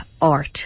art